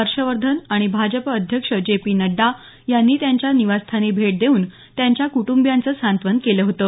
हर्षवर्धन आणि भाजप अध्यक्ष J P Nadda यांनी त्यांच्या निवासस्थानी भेट देऊन त्यांच्या कुटंबियांचं सांत्वन केलं होतं